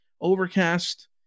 Overcast